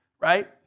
right